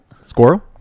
Squirrel